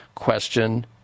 question